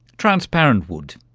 transparent wood.